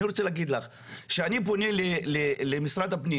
אני רוצה להגיד לך שאני פונה למשרד הפנים